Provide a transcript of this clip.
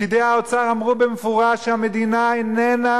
פקידי האוצר אמרו במפורש שהמדינה איננה